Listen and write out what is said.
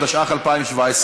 התשע"ח 2017,